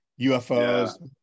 UFOs